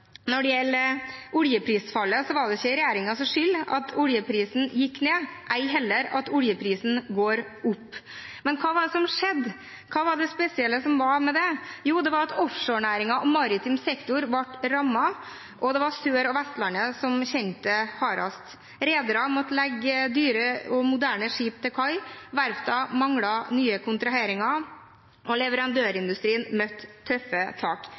Når det gjelder oljeprisfallet, var det ikke regjeringens skyld at oljeprisen gikk ned, ei heller at oljeprisen går opp. Men hva var det som skjedde? Hva var det spesielle med det? Jo, det var at offshorenæringen og maritim sektor ble rammet, og det var Sør- og Vestlandet som kjente det hardest. Rederne måtte legge dyre og moderne skip til kai, verftene manglet nye kontraheringer, og leverandørindustrien møtte tøffe tak.